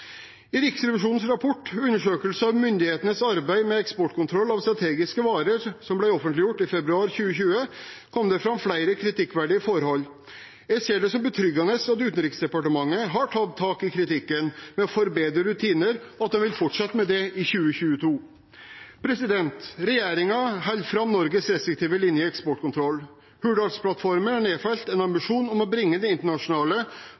I Riksrevisjonens rapport, «Riksrevisjonens undersøkelse av myndighetenes arbeid med eksportkontroll av strategiske varer», som ble offentliggjort i februar 2020, kom det fram flere kritikkverdige forhold. Jeg ser det som betryggende at Utenriksdepartementet har tatt tak i kritikken ved å forbedre rutiner, og at de vil fortsette med det i 2022. Regjeringen holder fram med Norges restriktive linje i eksportkontrollen. Hurdalsplattformen har nedfelt en ambisjon om å bringe den internasjonale